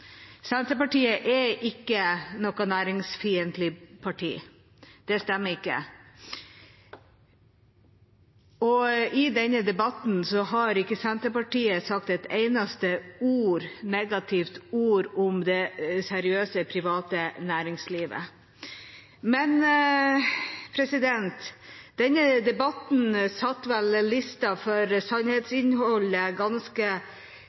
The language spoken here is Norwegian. Senterpartiet er ikke noe næringsfiendtlig parti – det stemmer ikke. I denne debatten har ikke Senterpartiet sagt et eneste negativt ord om det seriøse, private næringslivet. Men denne debatten har lagt listen for sannhetsinnholdet ganske lavt, og det var vel